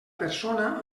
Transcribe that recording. persona